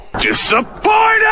disappointed